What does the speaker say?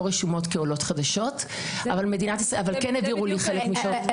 רשומות כעולות חדשות אבל כן העבירו לי חלק מהשעות.